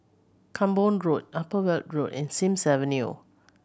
Camborne Road Upper Weld Road and Sims Avenue